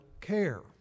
care